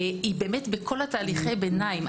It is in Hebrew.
היא בתהליכי ביניים.